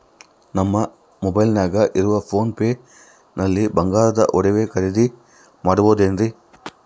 ನಮ್ಮ ಮೊಬೈಲಿನಾಗ ಇರುವ ಪೋನ್ ಪೇ ನಲ್ಲಿ ಬಂಗಾರದ ಒಡವೆ ಖರೇದಿ ಮಾಡಬಹುದೇನ್ರಿ?